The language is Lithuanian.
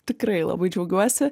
tikrai labai džiaugiuosi